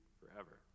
forever